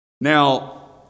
Now